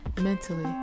mentally